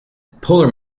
polar